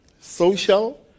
Social